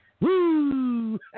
Woo